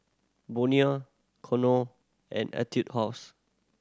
Bonia Knorr and Etude House